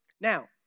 Now